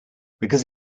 because